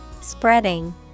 Spreading